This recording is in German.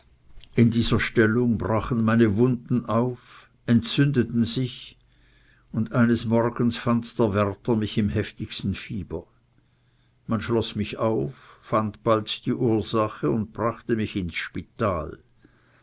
in dieser stellung brachen meine wunden auf entzündeten sich und eines morgens fand der wächter mich im heftigsten fieber man schloß mich auf fand bald die ursache des übels und brachte mich ins spital